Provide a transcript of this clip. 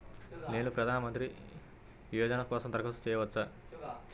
నేను ప్రధాన మంత్రి యోజన కోసం దరఖాస్తు చేయవచ్చా?